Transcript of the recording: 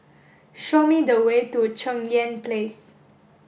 show me the way to Cheng Yan Place